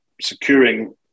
securing